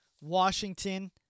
Washington